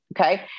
Okay